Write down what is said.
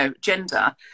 gender